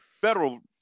federal